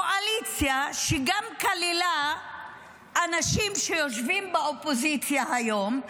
קואליציה שכללה גם אנשים שיושבים באופוזיציה היום.